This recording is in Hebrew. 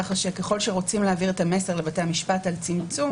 כך שככל שרוצים להעביר את המסר לבתי המשפט על צמצום,